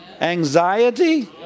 anxiety